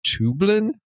Tublin